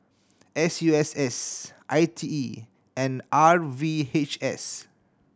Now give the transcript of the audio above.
S U S S I T E and R V H S